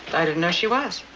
i didn't know she was.